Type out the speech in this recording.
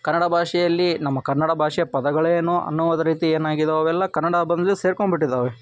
ಕನ್ನಡ ಭಾಷೆಯಲ್ಲಿ ನಮ್ಮ ಕನ್ನಡ ಭಾಷೆಯ ಪದಗಳೇನೋ ಅನ್ನೋ ರೀತಿ ಏನಾಗಿದಾವೆ ಅವೆಲ್ಲ ಕನ್ನಡ ಬಂದು ಸೇರ್ಕೊಂಡು ಬಿಟ್ಟಿದ್ದಾವೆ